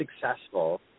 successful